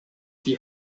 die